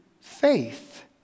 faith